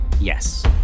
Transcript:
Yes